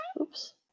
Oops